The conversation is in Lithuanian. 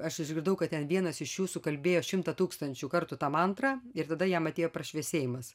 aš išgirdau kad ten vienas iš jų sukalbėjo šimtą tūkstančių kartų tą mantrą ir tada jam atėjo prašviesėjimas